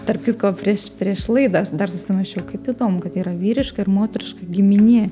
tarp kitko prieš prieš laidą aš dar susimąsčiau kaip įdomu kad yra vyriška ir moteriška giminė